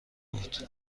بود